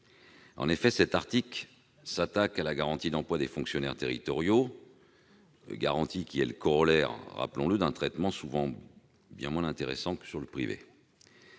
En effet, cet article s'attaque à la garantie d'emploi des fonctionnaires territoriaux. Or cette garantie est, rappelons-le, le corollaire d'un traitement souvent bien moins intéressant que dans le privé.